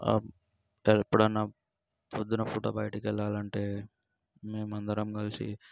ఎప్పుడన్నా పొద్దున పూట బయటికు వెళ్ళాలంటే మేము అందరం కలిసి